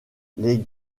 les